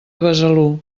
besalú